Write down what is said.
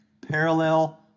parallel